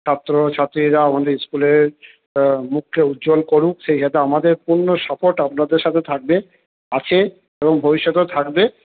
ছাত্রছাত্রীরা আমাদের স্কুলের মুখকে উজ্জ্বল করুক সেই সাথে আমাদের পূর্ণ সাপোর্ট আপনাদের সাথে থাকবে আছে এবং ভবিষ্যতেও থাকবে